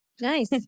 Nice